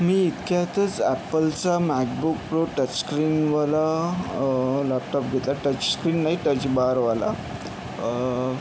मी इतक्यातच ॲपलचा MacBook Pro टचस्क्रीनवाला लॅपटॉप घेतला टचस्क्रीन नाही टचबारवाला